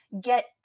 get